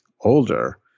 older